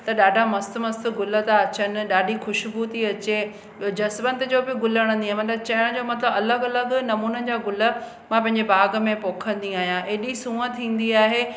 त ॾाढा मस्तु मस्तु गुल था अचनि ॾाढी ख़ुशबू थी अचे ॿियो जसवंत जो बि गुल हणंदी आहियां मतिलबु चवण जो मतिलबु अलॻि अलॻि नमूननि जा गुल मां पंहिंजे बाग़ में पोखंदी आहियां एॾी सूअं थींदी आहे